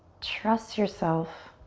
trust yourself.